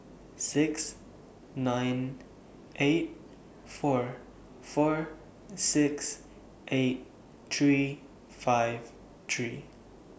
six nine eight four four six eight three five three